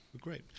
Great